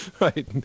Right